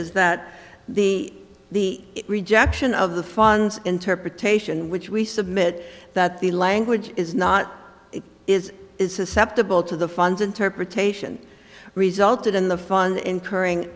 is that the the rejection of the funds interpretation which we submit that the language is not it is susceptible to the funds interpretation resulted in the fund incurring